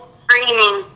screaming